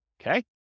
Okay